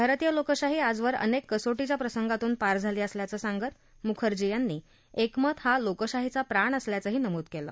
भारतीय लोकशाही आजवर अनेक कसोटीच्या प्रसंगातून पार झाली असल्याचं सांगत मुखर्जी यांनी एकमत हा लोकशाहीचा प्राण असल्याचंही नमूद केलं